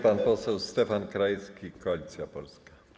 Pan poseł Stefan Krajewski, Koalicja Polska.